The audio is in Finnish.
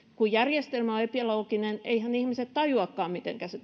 kun järjestelmä on epälooginen niin eiväthän ihmiset tajuakaan mitenkä se